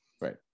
Right